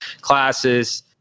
classes